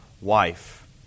wife